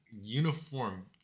uniform